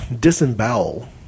disembowel